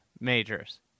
majors